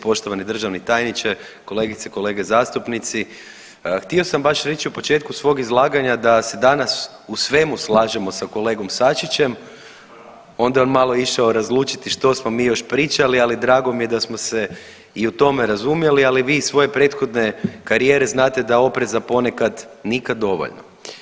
Poštovani državni tajniče, kolegice i kolege zastupnici, htio sam baš reći u početku svog izlaganja da se danas u svemu slažemo sa kolegom Sačićem, onda je on malo išao razlučiti što smo mi još pričali, ali drago mi je da smo se i o tome razumjeli, ali vi iz svoje prethodne karijere znate da opreza ponekad nikad dovoljno.